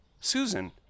Susan